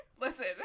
listen